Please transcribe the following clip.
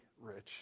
rich